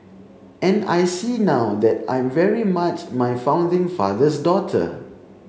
and I see now that I'm very much my founding father's daughter